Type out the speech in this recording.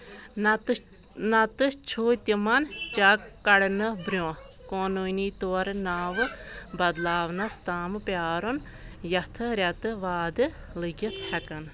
نتہٕ نتہٕ چُھ تِمن چیٚک کڑنہٕ برٛونٛہہ قونوٗنی طور ناوٕ بدلاونس تام پیٛارُن یَتھ رٮ۪تہٕ وادٕ لَگِتھ ہیكن